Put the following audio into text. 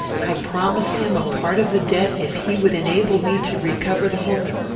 i promised him a part of the debt if he would enable me to recover the whole.